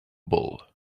ball